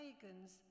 pagans